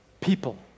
people